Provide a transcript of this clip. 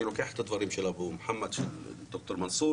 אני לוקח את הדברים של ד"ר מנסור